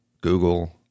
Google